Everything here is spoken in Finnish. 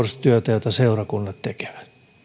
jota seurakunnat tekevät